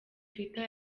twitter